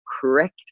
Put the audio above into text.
correct